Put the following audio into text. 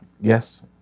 Yes